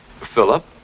Philip